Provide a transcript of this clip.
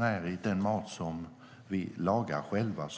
än i den mat som vi lagar själva.